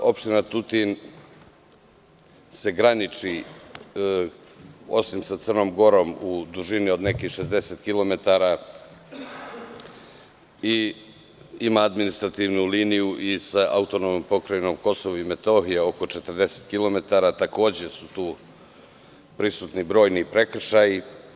Zatim, opština Tutin se graniči osim sa Crnom Gorom u dužini od nekih 60 kilometara, ima i administrativnu liniju i sa Autonomnom pokrajinom Kosovo i Metohija oko 40 kilometara, takođe su tu prisutni brojni prekršaji.